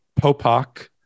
Popak